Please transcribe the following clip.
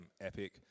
epic